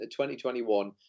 2021